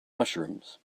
mushrooms